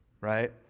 right